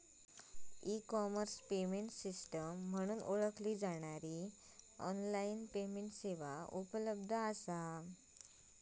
E commerce payment system म्हणून ओळखला जाणारा ऑनलाइन पेमेंट सेवा उपलब्ध असा